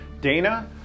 Dana